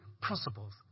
principles